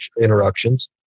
interruptions